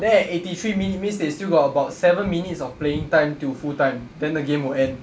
then at eighty three minute means they still got about seven minutes of playing time till full-time then the game will end